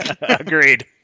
Agreed